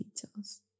details